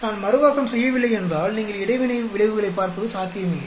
நாம் மறுவாக்கம் செய்யவில்லை என்றால் நீங்கள் இடைவினை விளைவுகளைப் பார்ப்பது சாத்தியமில்லை